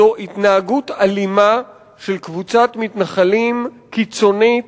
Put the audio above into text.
התנהגות אלימה של קבוצת מתנחלים קיצונית,